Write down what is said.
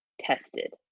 tested